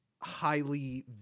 Highly